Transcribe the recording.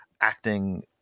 acting